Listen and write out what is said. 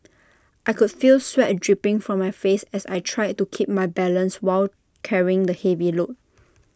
I could feel sweat and dripping from my face as I tried to keep my balance while carrying the heavy load